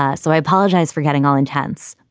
ah so i apologize for getting all intense,